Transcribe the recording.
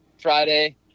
friday